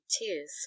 tears